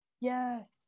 Yes